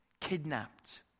kidnapped